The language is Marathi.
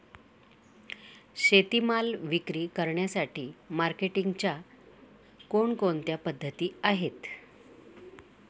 शेतीमाल विक्री करण्यासाठी मार्केटिंगच्या कोणकोणत्या पद्धती आहेत?